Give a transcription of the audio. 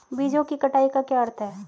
बीजों की कटाई का क्या अर्थ है?